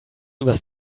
übers